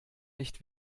nicht